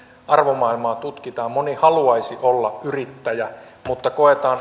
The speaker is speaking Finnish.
arvomaailmaa tutkitaan moni haluaisi olla yrittäjä mutta koetaan